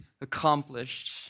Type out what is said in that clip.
accomplished